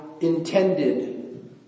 intended